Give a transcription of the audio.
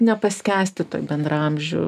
nepaskęsti toj bendraamžių